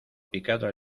picado